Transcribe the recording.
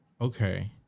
okay